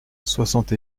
soixante